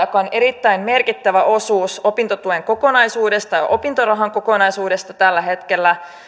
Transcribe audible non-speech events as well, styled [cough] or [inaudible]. [unintelligible] joka on erittäin merkittävä osuus opintotuen kokonaisuudesta ja opintorahan kokonaisuudesta tällä hetkellä